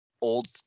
old